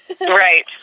Right